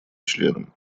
членом